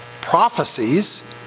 prophecies